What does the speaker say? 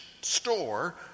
store